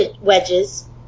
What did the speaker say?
wedges